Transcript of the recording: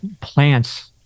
plants